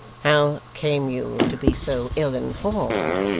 how came you to be so ill informed